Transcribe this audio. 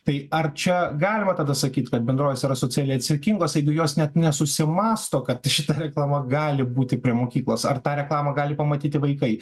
tai ar čia galima tada sakyt kad bendrovės yra socialiai atsakingos jeigu jos net nesusimąsto kad šita reklama gali būti prie mokyklos ar tą reklamą gali pamatyti vaikai